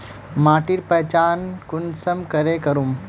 माटिर पहचान कुंसम करे करूम?